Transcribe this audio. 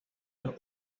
los